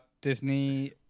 Disney